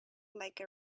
like